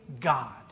God